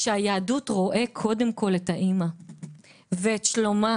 שהיהדות רואה קודם כל את האימא ואת שלומה